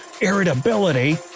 irritability